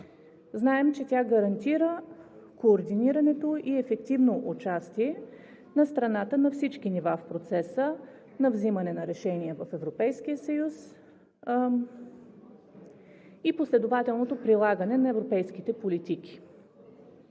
Знаем, че тя гарантира координираното и ефективно участие на страната на всички нива в процеса на взимане на решения в Европейския съюз и последователното прилагане на европейските политики.